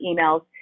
emails